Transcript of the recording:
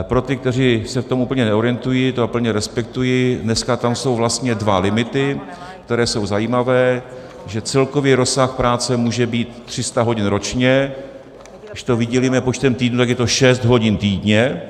Pro ty, kteří se v tom úplně neorientují, to plně respektuji: Dneska tam jsou vlastně dva limity, které jsou zajímavé že celkový rozsah práce může být 300 hodin ročně, když to vydělíme počtem týdnů, tak je to šest hodin týdně.